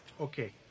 Okay